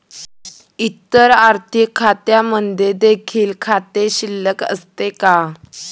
इतर आर्थिक खात्यांमध्ये देखील खाते शिल्लक असते का?